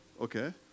Okay